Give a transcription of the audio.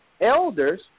elders